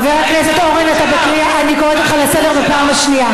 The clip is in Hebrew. חבר הכנסת אורן, אני קוראת אותך לסדר בפעם השנייה.